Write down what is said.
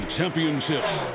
championships